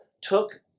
took